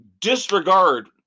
disregard